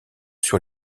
sur